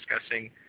discussing